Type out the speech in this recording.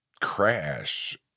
crash